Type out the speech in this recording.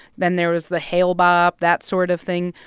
then there was the hale-bopp, that sort of thing.